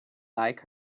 like